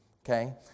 okay